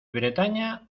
bretaña